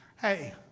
hey